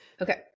okay